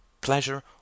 pleasure